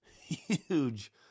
huge